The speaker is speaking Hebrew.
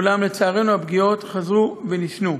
אולם, לצערנו, הפגיעות חזרו ונשנו.